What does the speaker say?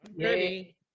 Ready